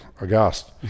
aghast